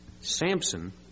Samson